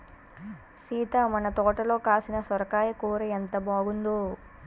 సీత మన తోటలో కాసిన సొరకాయ కూర ఎంత బాగుందో